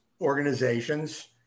organizations